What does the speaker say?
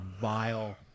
vile